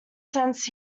sense